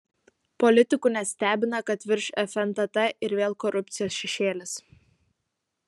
politikų nestebina kad virš fntt ir vėl korupcijos šešėlis